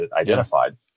identified